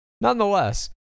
Nonetheless